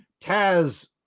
Taz